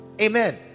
Amen